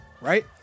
Right